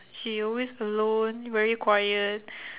she always alone very quiet